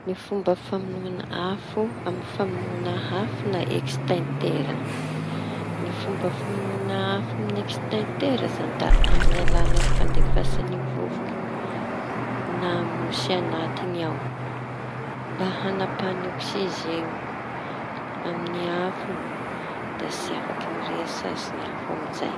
Ny fomba famonoaña afo aminy famonoañ afo na ekstaintera. Ny fomba famoñoaña afo amy ekstaintera zañy da aminy alalañy fandefasañy vovoky na mosy añatiny ao. Mba hanapaha oksizeñy amy da tsy afaky mirehitsy sasy ny afo amizay.